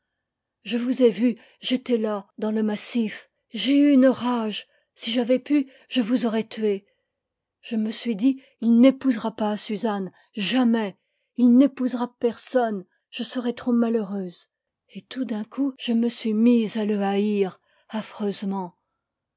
je vous ai vus j'étais là dans le massif j'ai eu une rage si j'avais pu je vous aurais tués je me suis dit ii n'épousera pas suzanne jamais ii n'épousera personne je serais trop malheureuse et tout d'un coup je me suis mise à le haïr affreusement